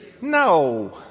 No